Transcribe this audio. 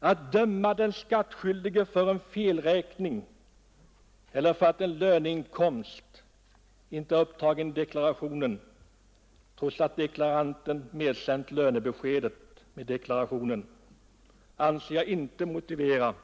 Att åtala och döma den skattskyldige till böter för felräkning eller för att en löneinkomst inte är upptagen i deklarationen trots att deklaranten fogat lönebeskedet till deklarationen anser jag inte motiverat.